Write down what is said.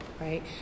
right